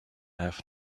have